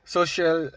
Social